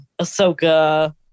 Ahsoka